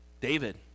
David